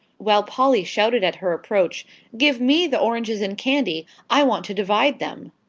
while polly shouted at her approach give me the oranges and candy. i want to divide them.